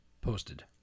posted